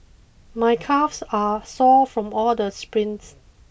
my calves are sore from all the sprints